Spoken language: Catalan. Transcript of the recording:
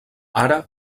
ara